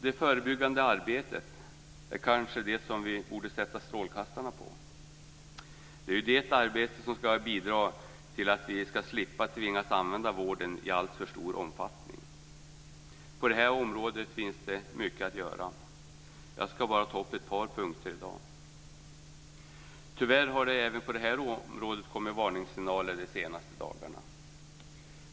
Vi borde kanske sätta strålkastarna på det förebyggande arbetet. Det arbetet ska ju bidra till att vi slipper använda vården i en alltför stor omfattning. Det finns mycket att göra på det här området. Jag ska bara ta upp ett par punkter i dag. Tyvärr har det kommit varningssignaler även på det här området de senaste dagarna.